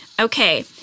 Okay